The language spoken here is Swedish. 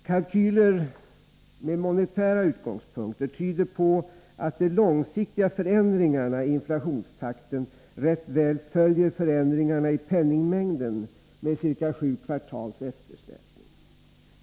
Kalkyler med monetära utgångspunkter tyder på att de långsiktiga förändringarna i inflationstakten rätt väl följer förändringarna i penningmängden, med ca 7 kvartals eftersläpning.